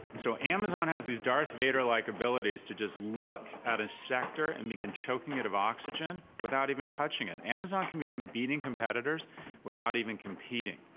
so amazon has these darth vader-like abilities to just look at a sector and begin choking it of oxygen without even touching it. amazon can begin beating competitors without even competing.